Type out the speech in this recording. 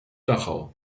dachau